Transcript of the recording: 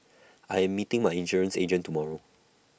I am meeting my insurance agent tomorrow